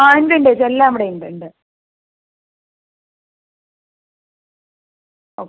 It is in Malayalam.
ആ ഉണ്ട് ഉണ്ട് ചേച്ചി എല്ലാം ഇവിടെ ഉണ്ട് ഉണ്ട് ഓ